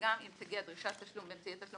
שגם אם תגיע דרישת תשלום באמצעי תשלום